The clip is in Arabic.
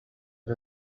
إلى